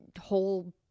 whole